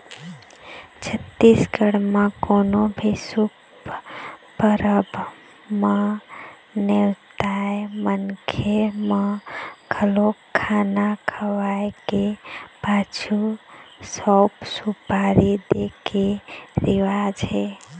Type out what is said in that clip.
छत्तीसगढ़ म कोनो भी शुभ परब म नेवताए मनखे ल घलोक खाना खवाए के पाछू सउफ, सुपारी दे के रिवाज हे